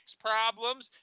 problems